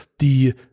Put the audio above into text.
die